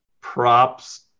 props